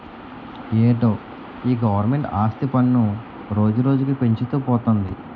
ఏటో ఈ గవరమెంటు ఆస్తి పన్ను రోజురోజుకీ పెంచుతూ పోతంది